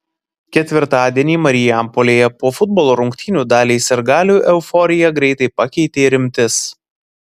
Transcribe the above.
ketvirtadienį marijampolėje po futbolo rungtynių daliai sirgalių euforiją greitai pakeitė rimtis